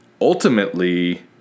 Ultimately